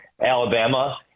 Alabama